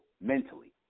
mentally